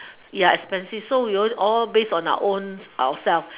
ya expensive so we always all based on our own ourself